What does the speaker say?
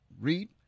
Read